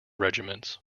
regiments